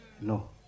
No